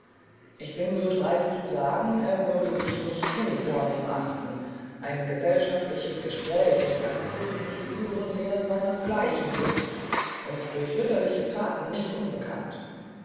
ich bin so dreist zu sagen er würde sich nicht zu vornehm achten ein gesellschaftliches gespräch mit einem fürsten zu führen der seines gleichen ist und durch ritterliche thaten nicht unbekannt